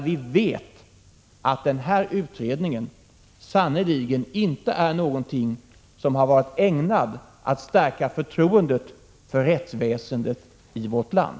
Vi vet ju att den här utredningen sannerligen inte är någonting som har varit ägnat att stärka förtroendet för rättsväsendet i vårt land.